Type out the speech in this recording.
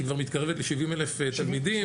שכבר מתקרבת ל- 70 אלף תלמידים,